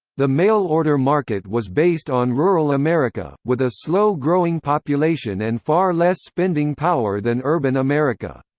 the mail order market was based on rural america, with a slow-growing population and far less spending power than urban america.